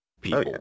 people